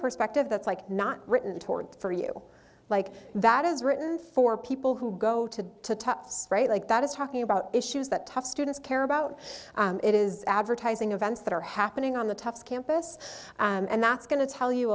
perspective that's like not written toward for you like that is written for people who go to tops right like that is talking about issues that tough students care about it is advertising events that are happening on the tough campus and that's going to tell you